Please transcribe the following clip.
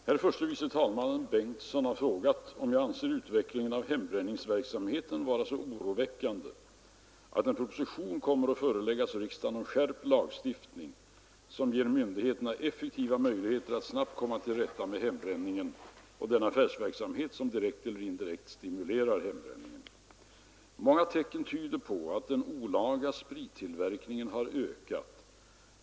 Herr talman! Herr förste vice talmannen Bengtson har frågat mig om jag anser utvecklingen av hembränningsverksamheten vara så oroväckande att en proposition kommer att föreläggas riksdagen om skärpt lagstiftning som ger myndigheterna effektiva möjligheter att snabbt komma till rätta med hembränningen och den affärsverksamhet som direkt eller indirekt stimulerar hembränningen. Många tecken tyder på att den olaga sprittillverkningen har ökat.